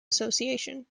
association